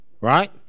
Right